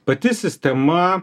pati sistema